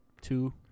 two